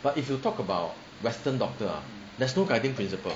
but if you talk about western doctor ah there's no guiding principle